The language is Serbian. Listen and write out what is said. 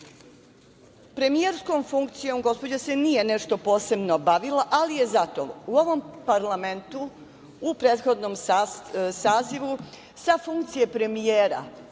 Brnabić. Premijerskom funkcijom gospođa se nije nešto posebno bavila, ali je zato u ovom parlamentu u prethodnom sazivu sa funkcije premijera